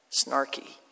snarky